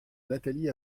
nathalie